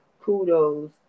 kudos